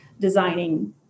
designing